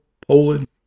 Poland